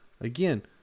Again